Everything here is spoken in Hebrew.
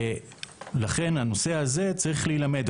לכן הנושא הזה צריך להילמד,